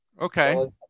Okay